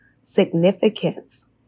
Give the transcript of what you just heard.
significance